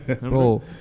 Bro